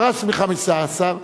פרש מ-15.